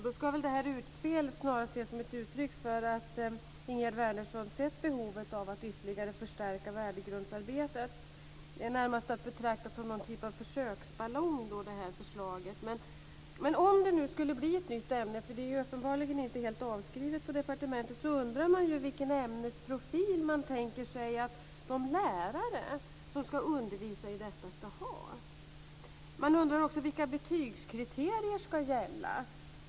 Då ska väl det här utspelet snarast ses som ett uttryck för att Ingegerd Wärnersson sett behovet av att ytterligare förstärka värdegrundsarbetet. Det här förslaget är alltså närmast att betrakta som någon typ av försöksballong. Men om det nu skulle bli ett nytt ämne - det är ju uppenbarligen inte helt avskrivet på departementet - undrar man ju vilken ämnesprofil man tänker sig att de lärare som ska undervisa i detta ska ha. Man undrar också vilka betygskriterier som ska gälla.